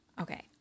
Okay